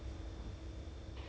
mm staggered